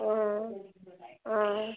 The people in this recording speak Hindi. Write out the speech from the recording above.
वहाँ वहाँ